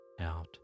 out